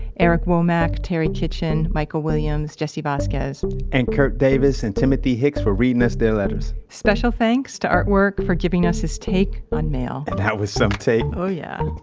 eric womak, terry kitchen, michael williams, jesse vasquez and kurt davis and timothy hicks for reading us their letters special thanks to artwork for giving us his take on mail and that was some take oh yeah.